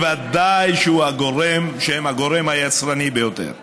ובוודאי שהם הגורם היצרני ביותר.